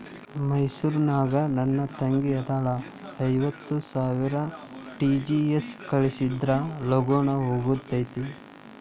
ಮೈಸೂರ್ ನಾಗ ನನ್ ತಂಗಿ ಅದಾಳ ಐವತ್ ಸಾವಿರ ಆರ್.ಟಿ.ಜಿ.ಎಸ್ ಕಳ್ಸಿದ್ರಾ ಲಗೂನ ಹೋಗತೈತ?